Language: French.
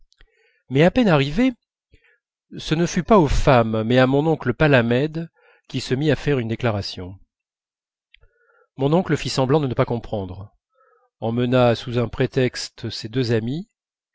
mais à peine arrivé ce ne fut pas aux femmes mais à mon oncle palamède qu'il se mit à faire une déclaration mon oncle fit semblant de ne pas comprendre emmena sous un prétexte ses deux amis